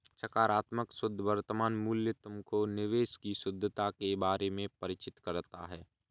सकारात्मक शुद्ध वर्तमान मूल्य तुमको निवेश की शुद्धता के बारे में परिचित कराता है